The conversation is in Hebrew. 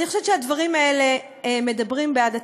אני חושבת שהדברים האלה מדברים בעד עצמם.